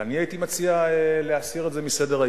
אני הייתי מציע להסיר את זה מסדר-היום,